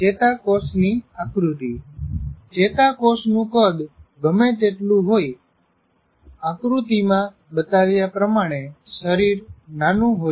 ચેતાકોષની આકૃતિ ચેતાકોષનું કદ ગમે તેટલું હોય આકૃતિ માં બતાવ્યા પ્રમાણે શરીર નાનું હોય છે